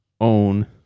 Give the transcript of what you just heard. own